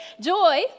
Joy